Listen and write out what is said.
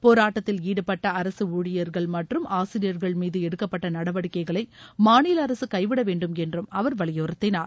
போராட்டத்தில் ஈடுபட்ட அரசு ஊழியர்கள் மற்றும் ஆசிரியர்கள் மீது எடுக்கப்பட்ட நடவடிக்கைகளை மாநில அரசு கைவிட வேண்டும் என்றும் அவர் வலியுறுத்தினார்